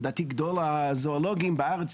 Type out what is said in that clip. לדעתי גדול הזואולוגיים בארץ,